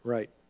Right